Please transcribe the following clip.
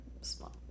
small